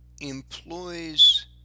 employs